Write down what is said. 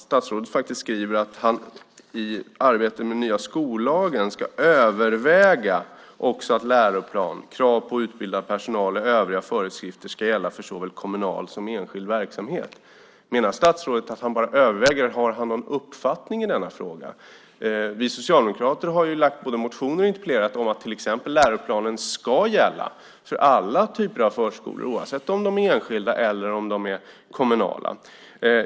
Statsrådet skriver att han i arbetet med den nya skollagen ska överväga också att krav på utbildad personal och övriga föreskrifter ska gälla för såväl kommunal som enskild verksamhet. Menar statsrådet att han bara överväger? Har han någon uppfattning i frågan? Vi socialdemokrater har både väckt motioner och interpellerat till exempel om att läroplanen ska gälla för alla typer av förskolor, oavsett om de är enskilda eller om de är kommunala.